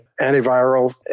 antiviral